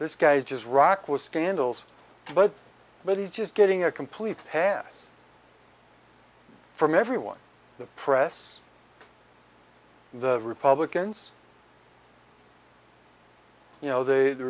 this guy is just rock with scandals but when he's just getting a complete pass from everyone the press the republicans you know they the